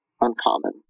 uncommon